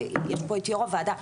יש פה את יו"ר הוועדה,